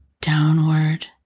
downward